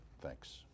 Thanks